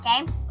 okay